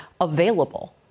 available